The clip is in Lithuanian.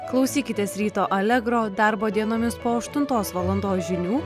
klausykitės ryto alegro darbo dienomis po aštuntos valandos žinių